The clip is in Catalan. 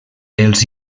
els